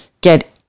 get